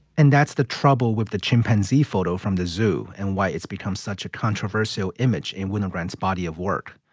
and that's the trouble with the chimpanzee photo from the zoo. and why it's become such a controversial image in winogrand body of work.